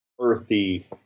earthy